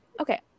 okay